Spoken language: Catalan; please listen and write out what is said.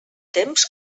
temps